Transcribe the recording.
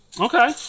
Okay